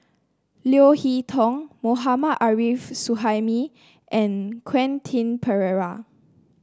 Leo Hee Tong Mohammad Arif Suhaimi and Quentin Pereira